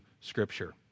Scripture